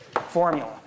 formula